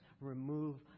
remove